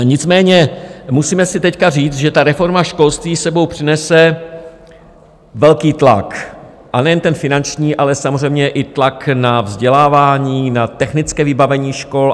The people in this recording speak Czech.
Nicméně si teď musíme říct, že reforma školství s sebou přinese velký tlak nejen finanční, ale samozřejmě i tlak na vzdělávání, na technické vybavení škol.